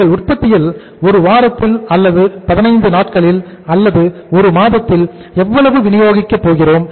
எங்கள் உற்பத்தியில் ஒரு வாரத்தில் அல்லது 15 நாட்களில் அல்லது ஒரு மாதத்தில் எவ்வளவு வினியோகிக்க போகிறோம்